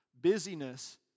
Busyness